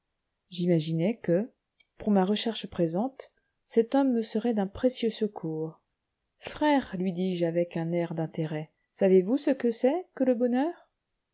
j'imaginai que pour ma recherche présente cet homme me serait d'un précieux secours frère lui dis-je avec un air d'intérêt savez-vous ce que c'est que le bonheur